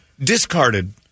discarded